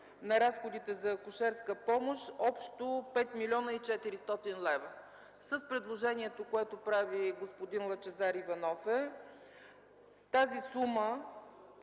на разходите за акушерска помощ – общо 5 млн. 400 хил. лв. С предложението, което прави господин Лъчезар Иванов, тази сума